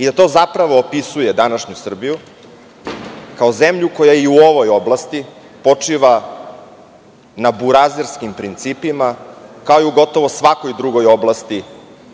smo. To zapravo opisuje današnju Srbiju kao zemlju koja je i u ovoj oblasti počiva na burazerskim principima, kao gotovo i u svakoj drugoj oblasti